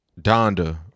Donda